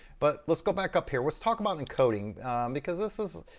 but let's go back up here, let's talk about encoding because this is,